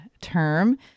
term